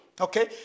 Okay